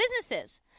businesses